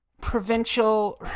provincial